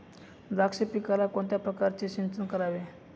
द्राक्ष पिकाला कोणत्या प्रकारचे सिंचन वापरावे?